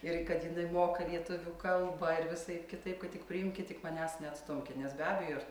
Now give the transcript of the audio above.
ir kad jinai moka lietuvių kalbą ir visaip kitaip kad tik priimkit tik manęs neatstumkit nes be abejo ir